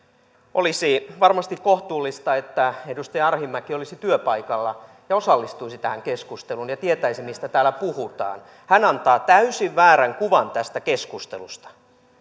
olisi varmasti kohtuullista että edustaja arhinmäki olisi työpaikalla ja osallistuisi tähän keskusteluun ja tietäisi mistä täällä puhutaan hän antaa täysin väärän kuvan tästä keskustelusta